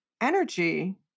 energy